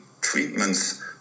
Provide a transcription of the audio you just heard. Treatments